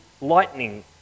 Lightning